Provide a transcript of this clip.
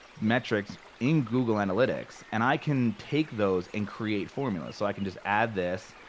metrics in google analytics, and i can take those and create formulas. so i can just add this,